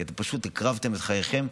כי אתם פשוט הקרבתם את חייכם,